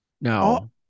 Now